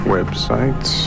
Websites